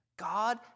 God